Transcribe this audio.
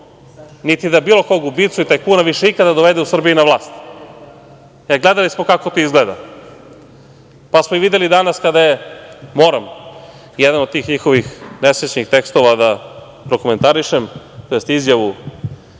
niti da bilo kog ubicu i tajkuna više ikada dovede u Srbiji na vlast, jer gledali smo kako to izgleda. Pa smo i videli danas, moram jedan o tih njihovih nesrećnih tekstova da prokomentarišem, tj. izjavu